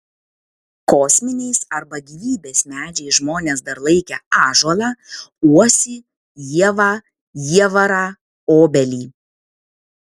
kosminiais arba gyvybės medžiais žmonės dar laikę ąžuolą uosį ievą jievarą obelį